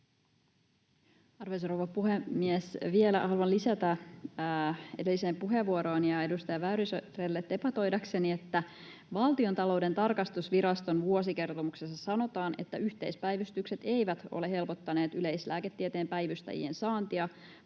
Arvoisa rouva puhemies! Vielä haluan lisätä edelliseen puheenvuorooni ja edustaja Väyryselle debatoidakseni, että Valtiontalouden tarkastusviraston vuosikertomuksessa sanotaan, että yhteispäivystykset eivät ole helpottaneet yleislääketieteen päivystäjien saantia,